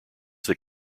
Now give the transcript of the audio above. that